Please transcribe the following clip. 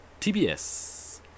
TBS